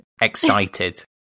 excited